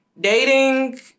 Dating